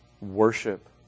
worship